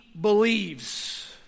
believes